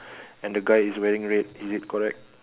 and the guy is wearing red is it correct